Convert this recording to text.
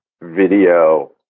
video